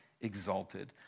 exalted